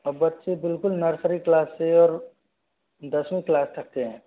और बच्चे बिल्कुल नर्सरी क्लास से और दसवीं क्लास तक के हैं